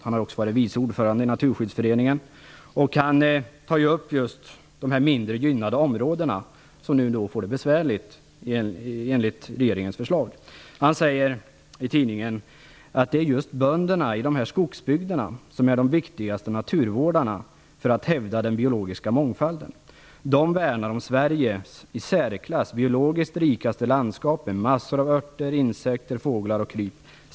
Han har varit vice ordförande i Naturskyddsföreningen. Han tar upp just de mindre gynnade områdena, som nu får det besvärligt med regeringens förslag. Han säger i Dagens Nyheter: "Det är just bönderna i de här skogsbygderna som är de viktigaste naturvårdarna för att hävda den biologiska mångfalden. De värnar om Sveriges i särklass biologiskt rikaste landskap med massor av örter, insekter, fåglar och kryp -."